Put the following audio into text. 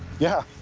yeah.